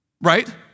Right